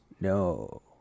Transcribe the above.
No